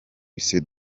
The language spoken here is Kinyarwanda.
lycée